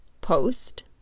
post